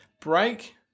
break